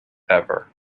ever